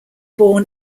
born